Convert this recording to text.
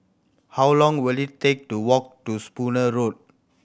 how long will it take to walk to Spooner Road